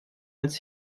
als